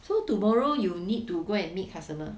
so tomorrow you need to go and meet customer